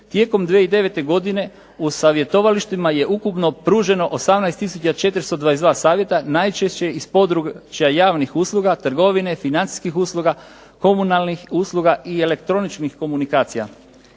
Tijekom 2009. godine u savjetovalištima je ukupno pruženo 18 tisuća 422 savjeta najčešće iz područja javnih usluga, trgovine, financijskih usluga, komunalnih usluga i elektroničkih komunikacija.